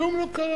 כלום לא קרה.